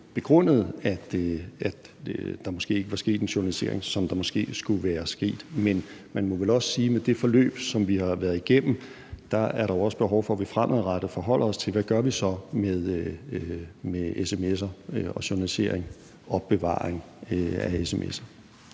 begrundede, at der måske ikke var sket en journalisering, som måske skulle være sket. Men man må vel også sige, at med det forløb, som vi har været igennem, er der også behov for, at vi fremadrettet forholder os til, hvad vi så gør med sms'er og journalisering og opbevaring af sms'er.